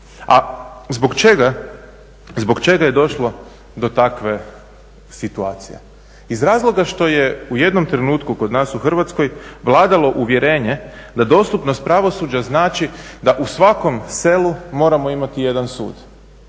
A zbog čega je došlo do takve situacije? Iz razloga što je u jednom trenutku kod nas u Hrvatskoj vladalo uvjerenje da dostupnost pravosuđa znači da u svakom selu moramo imati jedan sud.